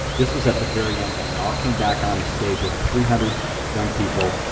this was at the very end when they all came back on the stage, over three hundred young people